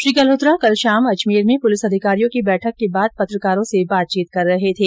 श्री गल्होत्रा कल शाम अजमेर में प्लिस अधिकारियों की बैठक के बाद पत्रकारों से बातचीत कर रहे थे